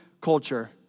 culture